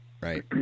Right